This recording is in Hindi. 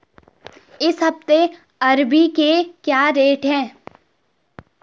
इस हफ्ते अरबी के क्या रेट हैं?